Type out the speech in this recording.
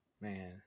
Man